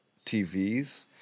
TVs